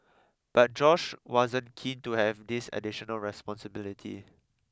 but Josh wasn't keen to have this additional responsibility